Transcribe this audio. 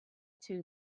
two